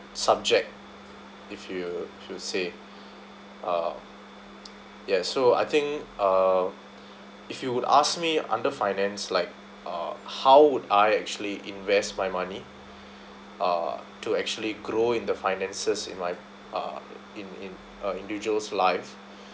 subject if you should say uh ya so I think uh if you would ask me under finance like uh how would I actually invest my money uh to actually grow in the finances in my uh in in uh individual's life